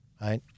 right